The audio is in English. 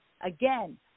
Again